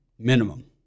Minimum